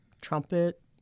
trumpet